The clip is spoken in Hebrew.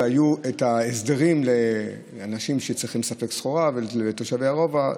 היו הסדרים לאנשים שצריכים לספק סחורה לתושבי הרובע,